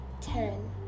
ten